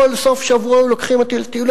כל סוף שבוע היו לוקחים אותי לטיול.